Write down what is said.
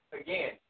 again